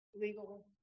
legal